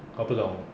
orh 不懂